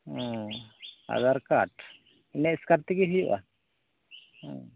ᱚ ᱟᱸᱫᱷᱟᱨ ᱠᱟᱨᱰ ᱤᱱᱟᱹ ᱮᱥᱠᱟᱨ ᱛᱮᱜᱮ ᱦᱩᱭᱩᱜᱼᱟ